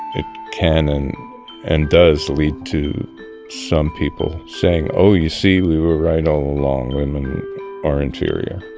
it can and and does lead to some people saying, oh you see, we were right all along, women are inferior.